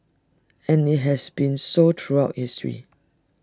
and IT has been so throughout history